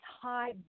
high